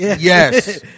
Yes